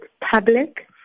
public